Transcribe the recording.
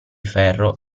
ferro